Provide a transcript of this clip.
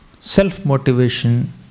self-motivation